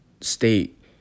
state